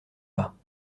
pas